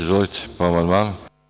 Izvolite, po amandmanu.